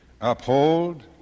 uphold